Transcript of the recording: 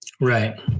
Right